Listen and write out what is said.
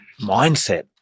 mindset